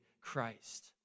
Christ